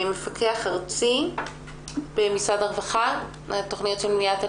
החוק לשחרור אסירים על תנאי החריג את אסירי